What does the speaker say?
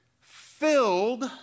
filled